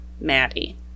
Maddie